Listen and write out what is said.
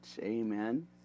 Amen